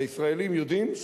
והישראלים יודעים,